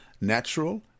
natural